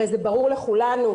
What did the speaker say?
הרי זה ברור לכולנו.